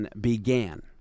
began